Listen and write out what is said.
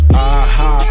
aha